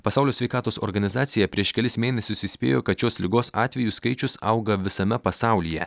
pasaulio sveikatos organizacija prieš kelis mėnesius įspėjo kad šios ligos atvejų skaičius auga visame pasaulyje